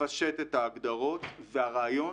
לפשט את ההגדרות, והרעיון